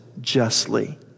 justly